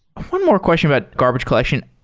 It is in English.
one more question about garbage collection.